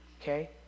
okay